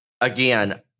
Again